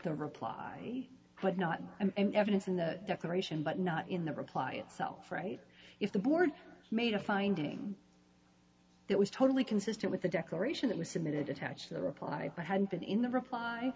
the reply but not evidence in the declaration but not in the reply itself right if the board's made a finding that was totally consistent with the declaration that was submitted attached to the reply but had been in the reply